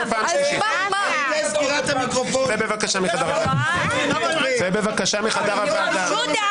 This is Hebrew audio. יוצא מחדר הוועדה.) אני מבקשת לדעת מה